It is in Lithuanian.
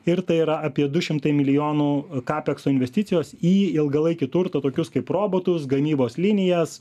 ir tai yra apie du šimtai milijonų kapekso investicijos į ilgalaikį turtą tokius kaip robotus gamybos linijas